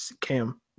Cam